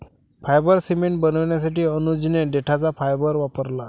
fibre cement बनवण्यासाठी अनुजने देठाचा फायबर वापरला